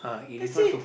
that's it